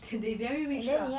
they they very rich lah